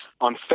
on